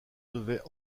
devait